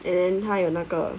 and then 他有那个